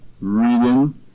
reading